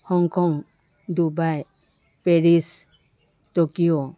Hong Kong Dubai Paris Tokyo